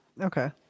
Okay